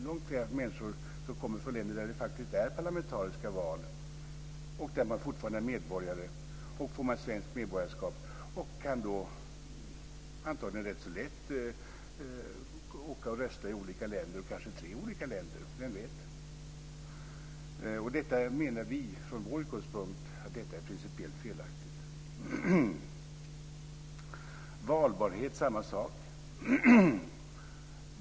Långt fler människor som kommer från länder där det faktiskt hålls parlamentsval och där man fortfarande är medborgare och som får svenskt medborgarskap kan då antagligen ganska lätt åka och rösta i olika länder, kanske t.o.m. i tre olika länder, vem vet. Detta menar vi från vår utgångspunkt är principiellt felaktigt. Samma sak gäller valbarhet.